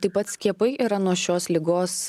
taip pat skiepai yra nuo šios ligos